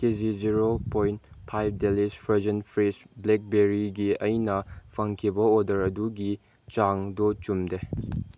ꯀꯦ G zero point five delish frozen fresh black ꯕꯦꯔꯤꯒꯤ ꯑꯩꯅ ꯐꯪꯈꯤꯕ ꯑꯣꯔꯗꯔ ꯑꯗꯨꯒꯤ ꯆꯥꯡ ꯑꯗꯨ ꯆꯨꯝꯗꯦ